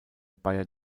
bayer